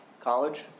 College